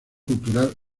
cultural